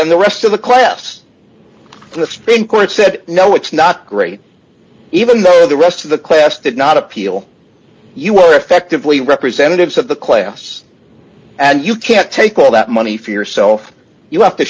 than the rest of the class so the spin court said no it's not great even though the rest of the class did not appeal you were effectively representatives of the class and you can't take all that money for yourself you have to